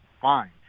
fine